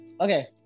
Okay